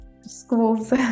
schools